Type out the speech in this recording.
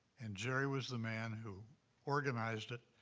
and jerry was the man who organized it,